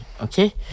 Okay